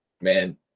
man